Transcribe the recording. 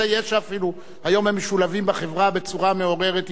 אפילו היום הם משולבים בחברה בצורה מעוררת התפעלות,